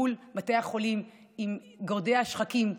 מול בתי החולים האחרים עם גורדי השחקים,